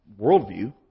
worldview